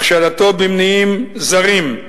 החשדתו במניעים זרים,